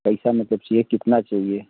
कैसा मतलब चाहिए कितना चाहिए